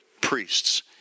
priests